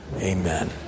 amen